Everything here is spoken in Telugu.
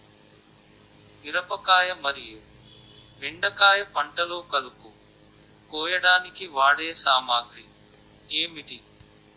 మిరపకాయ మరియు బెండకాయ పంటలో కలుపు కోయడానికి వాడే సామాగ్రి ఏమిటి?